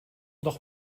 doch